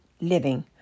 living